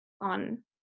on